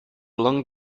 long